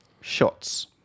shots